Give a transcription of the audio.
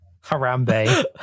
Harambe